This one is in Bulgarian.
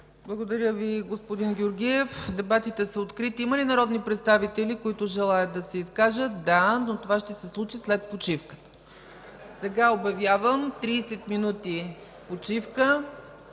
Благодаря Ви, господин Георгиев. Дебатите са открити. Има ли народни представители, които желаят да се изкажат? Да. Това обаче ще се случи след почивката. (Смях, оживление.) Обявявам 30 минути почивка.